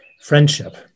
friendship